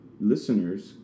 listeners